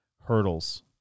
hurdles